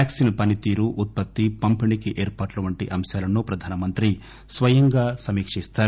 vaccine పనితీరు ఉత్పత్తి పంపిణీకి ఏర్పాట్లు వంటి అంశాలను ప్రధానమంత్రి స్వయంగా సమీకిస్తారు